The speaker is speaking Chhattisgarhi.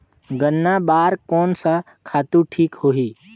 गन्ना बार कोन सा खातु ठीक होही?